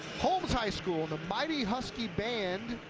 holmes high school, the mighty husky band,